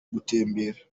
gutembera